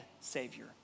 Savior